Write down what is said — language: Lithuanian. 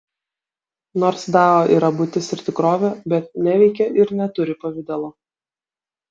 nors dao yra būtis ir tikrovė bet neveikia ir neturi pavidalo